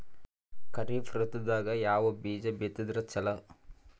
ಖರೀಫ್ ಋತದಾಗ ಯಾವ ಬೀಜ ಬಿತ್ತದರ ಚಲೋ?